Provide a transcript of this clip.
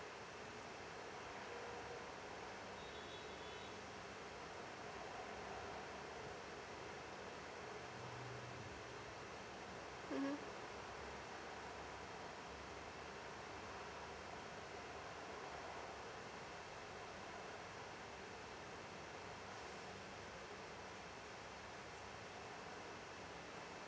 mm